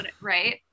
right